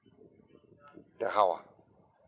then how ah